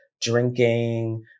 drinking